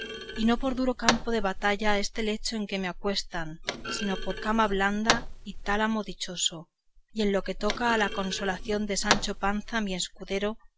y no por duro campo de batalla este lecho en que me acuestan sino por cama blanda y tálamo dichoso y en lo que toca a la consolación de sancho panza mi escudero